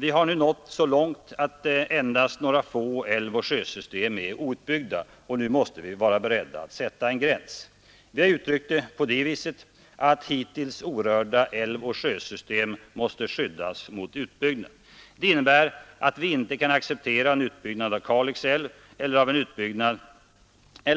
Vi har nu nått så långt att endast några få älvoch sjösystem är outbyggda, och nu måste vi vara beredda att sätta en gräns. Det uttrycker vi på det viset att hittills orörda älvoch sjösystem måste skyddas mot utbyggnad. Det innebär att vi inte kan acceptera en utbyggnad av Kalix älv eller